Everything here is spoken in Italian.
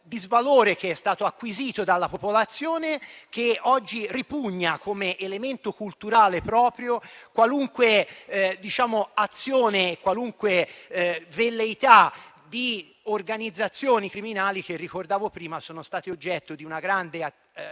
che è stato acquisito dalla popolazione, che oggi ripugna come elemento culturale proprio qualunque azione, qualunque velleità di organizzazioni criminali che, come ricordavo prima, sono state oggetto di una grande riforma